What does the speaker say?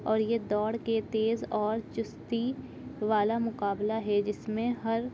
اور یہ دوڑ کے تیز اور چستی والا مقابلہ ہے جس میں ہر